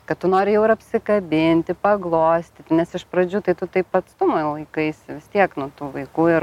kad tu nori jau ir apsikabinti paglostyt nes iš pradžių tai tu taip atstumo jau laikais tiek nuo to vaikų ir